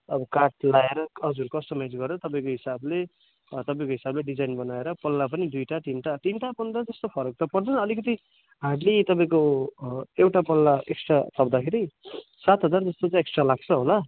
अब काठ ल्याएर हजुर कस्टमाइज गरेर तपाईँको हिसाबले तपाईँको हिसाबले डिजाइन बनाएर पल्ला पनि दुईवटा तिनवटा तिनवटा पल्ला त्यस्तो फरक त पर्दैन अलिकति हार्डली तपाईँको एउटा पल्ला एक्स्ट्रा थप्दाखेरि सात हजार जस्तो चाहिँ एक्स्ट्रा लाग्छ होला